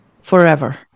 forever